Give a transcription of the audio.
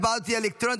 ההצבעה תהיה אלקטרונית,